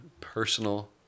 personal